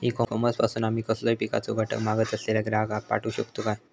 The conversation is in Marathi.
ई कॉमर्स पासून आमी कसलोय पिकाचो घटक मागत असलेल्या ग्राहकाक पाठउक शकतू काय?